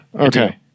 Okay